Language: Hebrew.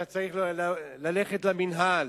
אתה צריך ללכת למינהל,